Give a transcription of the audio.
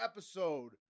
Episode